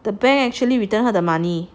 the bank actually returned her the money